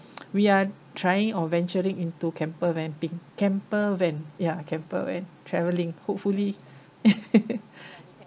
we are trying or venturing into camper vamping camper van yeah camper van travelling hopefully